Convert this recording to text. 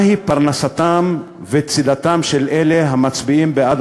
מה הן פרנסתם וצידתם של אלה המצביעים בעד